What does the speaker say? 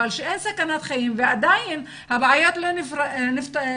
כשאין סכנת חיים ועדיין הבעיות לא נפתרות,